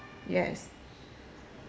yes